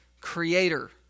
creator